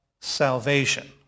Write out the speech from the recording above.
salvation